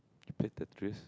you played tetris